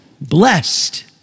blessed